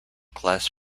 class